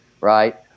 right